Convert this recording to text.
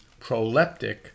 proleptic